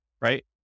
right